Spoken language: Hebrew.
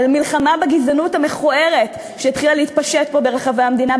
על מלחמה בגזענות המכוערת שהתחילה להתפשט פה ברחבי המדינה,